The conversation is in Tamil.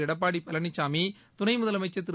எடப்பாடி பழனிசாமி துணை முதலமைச்சர் திரு